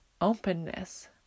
openness